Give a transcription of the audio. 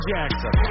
Jackson